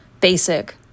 basic